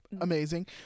amazing